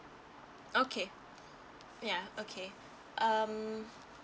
okay yeah okay um